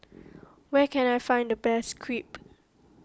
where can I find the best Crepe